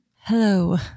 Hello